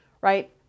right